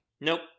Nope